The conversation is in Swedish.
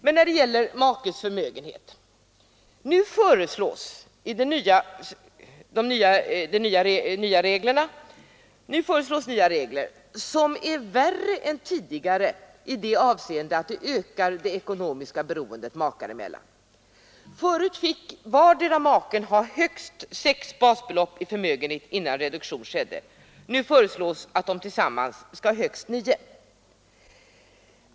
I fråga om makes förmögenhet föreslås nu nya regler som är värre än de tidigare i det avseendet att de ökar det ekonomiska beroendet makar emellan. Förut fick vardera maken ha högst sex basbelopp i förmögenhet innan reduktion skedde — nu föreslås att makar tillsammans skall ha högst nio.